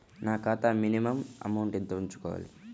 నా ఖాతా minimum amount ఎంత ఉంచుకోవాలి?